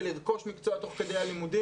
בלרכוש מקצוע תוך כדי הלימודים.